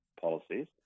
policies